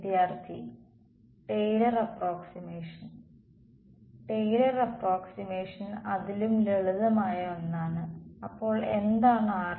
വിദ്യാർത്ഥി Taylor approximation Taylor approximation അതിലും ലളിതമായ ഒന്നാണ് അപ്പോൾ എന്താണ് r